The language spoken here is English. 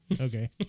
okay